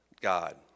God